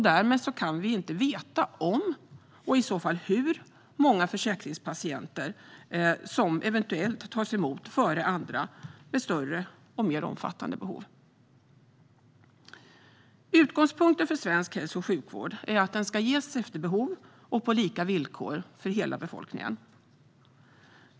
Därmed kan vi inte veta om och i så fall hur många försäkringspatienter som eventuellt tas emot före andra med större och mer omfattande behov. Utgångspunkten för svensk hälso och sjukvård är att den ska ges efter behov och på lika villkor för hela befolkningen.